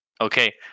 Okay